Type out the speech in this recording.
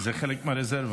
זה חלק מהרזרבה.